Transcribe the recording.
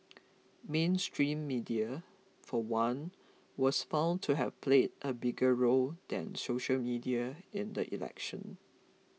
mainstream media for one was found to have played a bigger role than social media in the election